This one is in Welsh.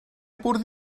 bwrdd